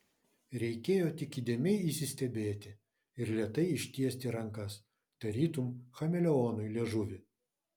reikėjo tik įdėmiai įsistebėti ir lėtai ištiesti rankas tarytum chameleonui liežuvį